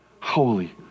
holy